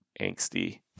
angsty